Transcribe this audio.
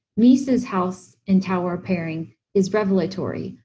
lisa's house and tower pairing is revelatory,